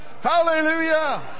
Hallelujah